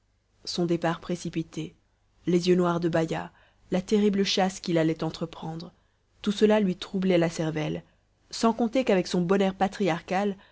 son départ précipité les yeux noirs de baïa la terrible chasse qu'il allait entreprendre tout cela lui troublait la cervelle sans compter qu'avec son bon air patriarcal